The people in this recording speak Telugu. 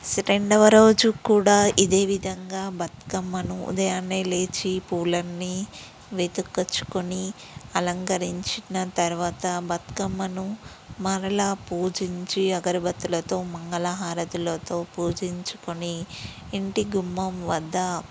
రెండవ రోజు కూడా ఇదేవిధంగా బతుకమ్మను ఉదయాన్నే లేచి పూలన్నీ వెతుకొచ్చుకొని అలంకరించిన తర్వాత బతుకమ్మను మళ్ళీ పూజించి అగరుబత్తులతో మంగళ హారతులతో పూజించుకొని ఇంటి గుమ్మం వద్ద